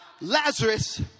Lazarus